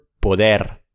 poder